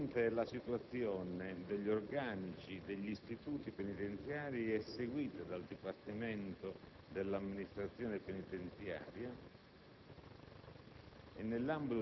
Attualmente la situazione degli organici degli istituti penitenziari è seguita dal dipartimento dell'amministrazione penitenziaria